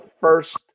first